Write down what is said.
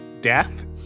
death